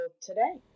today